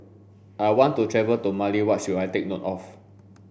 I want to travel to Mali what should I take note of